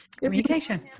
Communication